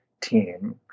team